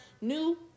new